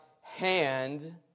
hand